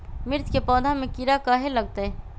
मिर्च के पौधा में किरा कहे लगतहै?